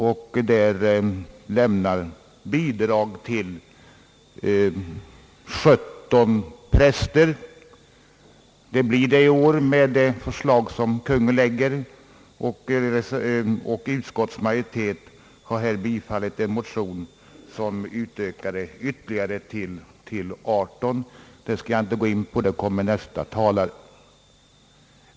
Bidrag lämnas till 17 präster efter det förslag som Kungl. Maj:t i år lägger fram. Utskottsmajoriteten har här bifallit en motion, som utökar antalet ytterligare till 18 präster. Jag skall inte närmare gå in på det, ty det kommer nästa talare att göra.